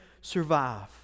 survive